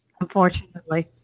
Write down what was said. unfortunately